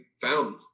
found